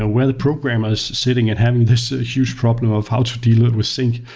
ah where the programmer is sitting and having this huge problem of how to deal with sync.